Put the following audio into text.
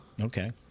Okay